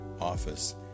office